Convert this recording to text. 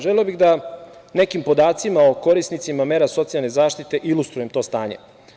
Želeo bih da nekim podacima o korisnicima mera socijalne zaštite ilustrujem to stanje.